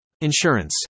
Insurance